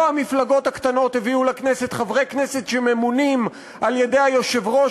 לא המפלגות הקטנות הביאו לכנסת חברי כנסת שממונים על-ידי היושב-ראש,